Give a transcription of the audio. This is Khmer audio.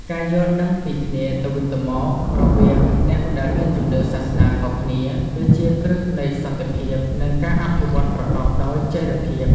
ការយល់ដឹងពីគ្នាទៅវិញទៅមក រវាងអ្នកដែលមានជំនឿសាសនាខុសគ្នា គឺជាគ្រឹះនៃសន្តិភាព និងការអភិវឌ្ឍប្រកបដោយចីរភាព។